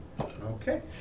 Okay